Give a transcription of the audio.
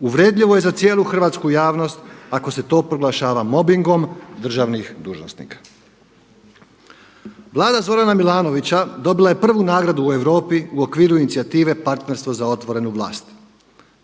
Uvredljivo je za cijelu hrvatsku javnost ako se to proglašava mobingom državnih dužnosnika. Vlada Zorana Milanovića dobila je prvu nagradu u Europi u okviru inicijative Partnerstvo za otvorenu vlast,